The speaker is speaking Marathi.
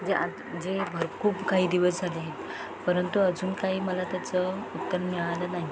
जे आता जे भर खूप काही दिवस झाले परंतु अजून काही मला त्याचं उत्तर मिळालं नाही